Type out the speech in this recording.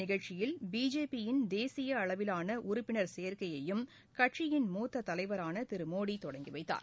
நிகழ்ச்சியில் பிஜேபியின் தேசியஅளவிலானஉறுப்பினர் சேர்க்கையும் கட்சியின் மூத்ததலைவரானதிருமோடிதொடங்கிவைத்தார்